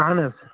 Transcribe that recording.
اَہَن حظ